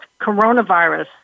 coronavirus